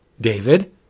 David